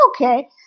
okay